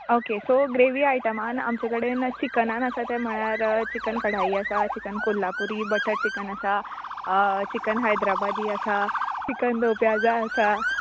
okay so gravy आयटमान आमचे कडेन चिकनान आसा तें म्हळ्यार चिकन कढाई आसा चिकन कोल्हापुरी बटर चिकन आसा चिकन हैद्राबादी आसा चिकन दो प्याजा आसा